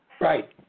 right